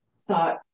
thought